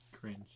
Cringe